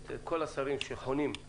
את כל המשרדים והשרים שחונים,